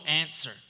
answer